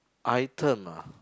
item ah